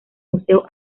museo